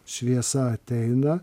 šviesa ateina